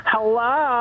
Hello